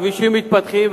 כבישים מתפתחים,